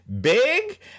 big